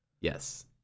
Yes